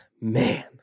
man